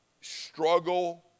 struggle